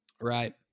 Right